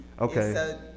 Okay